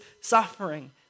suffering